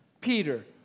Peter